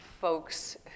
folks